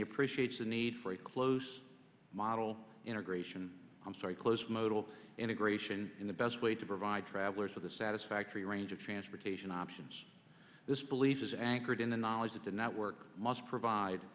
he appreciates the need for a close model integration i'm sorry close modal integration in the best way to provide travelers with a satisfactory range of transportation options this belief is anchored in the knowledge that the network must provide